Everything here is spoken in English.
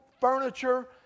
furniture